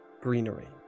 greenery